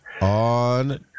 on